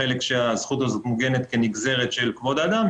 והחלק של הסדרת היחסים בין הרשות לשופטת למכוננת ולמחוקקת.